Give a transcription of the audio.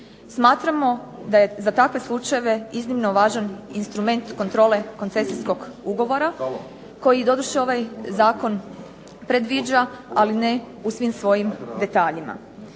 Smatramo da je za takve slučajeve iznimno važan instrument kontrole koncesijskog ugovora koji doduše ovaj zakon predviđa ali ne u svim svojim detaljima.